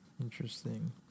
Interesting